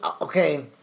okay